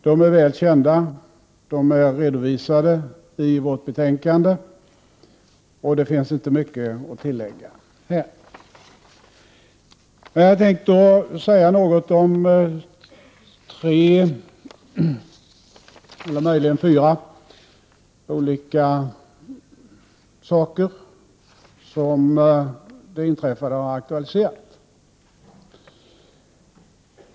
De är väl kända, de är redovisade i vårt betänkande och det finns inte mycket att tillägga här. Men jag tänker säga något om tre eller möjligen fyra olika saker som det inträffade har aktualiserat.